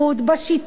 בשיטור,